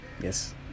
Yes